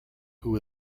who